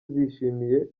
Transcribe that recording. zishimiye